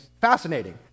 fascinating